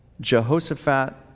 Jehoshaphat